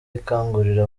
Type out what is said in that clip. ikangurira